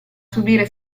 subire